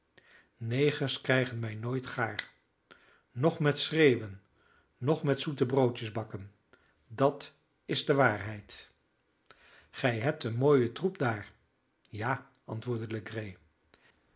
negers krijgen mij nooit gaar noch met schreeuwen noch met zoete broodjes bakken dat is de waarheid gij hebt een mooien troep daar ja antwoordde